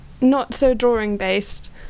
not-so-drawing-based